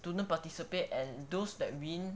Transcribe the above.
student participate and those that win